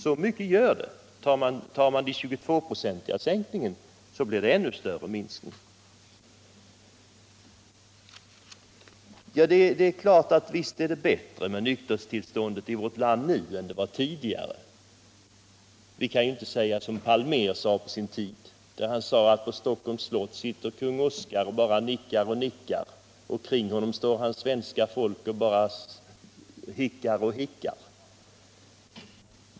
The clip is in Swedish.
Så mycket gör denna sänkning. Tar man den 22-procentiga sänkningen, så blir det ännu större Visst är nykterhetstillståndet bättre i vårt land nu än det var tidigare. Vi kan ju inte säga som Palmer sade på sin tid, att på Stockholms slott sitter kung Oscar och bara nickar och nickar, och kring honom står hans svenska folk och bara hickar och hickar.